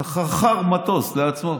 שכר מטוס לעצמו.